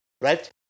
right